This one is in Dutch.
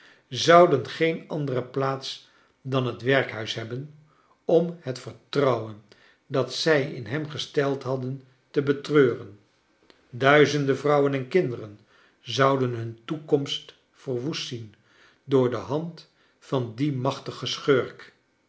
zouden geen andere plaats dan het werkhuis hebben om het vertrouwen dat zij in hem gesteld hadden te betreuren duizenden vrouwen en kinderen zouden hun toekomst verwoest zien door de hand van dien machtigen